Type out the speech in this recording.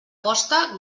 posta